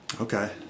Okay